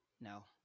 No